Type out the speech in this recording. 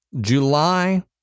July